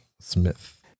Smith